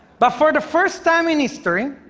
but for the first time in history,